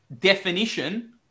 definition